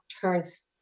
turns